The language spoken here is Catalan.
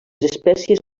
espècies